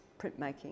printmaking